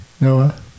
Noah